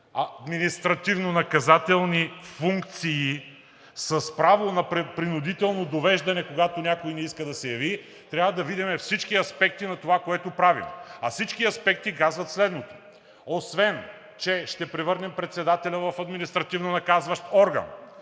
административнонаказателни функции с право на принудително довеждане, когато някой не иска да се яви, трябва да видим всички аспекти на това, което правим. А всички аспекти казват следното: освен че ще превърнем председателя в административнонаказващ орган,